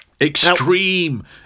Extreme